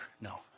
No